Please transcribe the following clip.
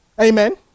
Amen